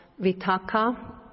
vitaka